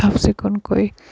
চাফ চিকুণ কৰি